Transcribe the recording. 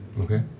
Okay